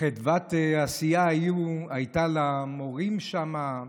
חדוות עשייה הייתה למורים שמה.